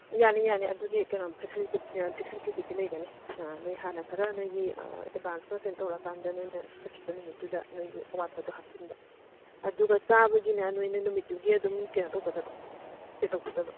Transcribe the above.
ꯌꯥꯅꯤ ꯌꯥꯅꯤ ꯑꯗꯨꯒꯤ ꯀꯩꯅꯣ ꯐꯦꯁꯂꯤꯇꯤꯕꯨꯗꯤ ꯂꯩꯒꯅꯤ ꯑꯥ ꯅꯣꯏ ꯍꯥꯟꯅ ꯈꯔ ꯅꯣꯏꯒꯤ ꯑꯦꯗꯕꯦꯟꯁ ꯈꯔ ꯀꯩꯅꯣ ꯇꯧꯔ ꯀꯥꯟꯗ ꯅꯣꯏꯅ ꯆꯠꯈꯤꯕ ꯅꯨꯃꯤꯠꯇꯨꯗ ꯅꯣꯏꯒꯤ ꯑꯋꯥꯠꯄꯗꯨ ꯍꯥꯞꯆꯤꯟꯕ ꯑꯗꯨꯒ ꯆꯥꯕꯒꯤꯅ ꯅꯣꯏꯅ ꯅꯨꯃꯤꯠꯇꯨꯒꯤ ꯑꯗꯨꯝ ꯀꯩꯅꯣ ꯇꯧꯒꯗꯕ ꯄꯦꯗ ꯇꯧꯒꯗꯕ